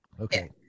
Okay